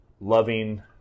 loving